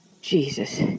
Jesus